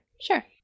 Sure